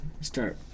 start